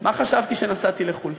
מה חשבתי כשנסעתי לחו"ל?